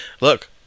look